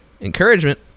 Encouragement